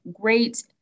great